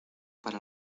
para